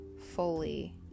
fully